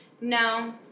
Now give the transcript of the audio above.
No